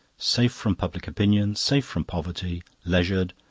safe from public opinion, safe from poverty, leisured,